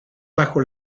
bajo